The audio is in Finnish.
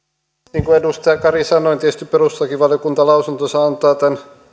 niin kuin edustaja kari sanoi tietysti perustuslakivaliokunta lausuntonsa antaa tämän